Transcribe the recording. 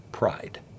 pride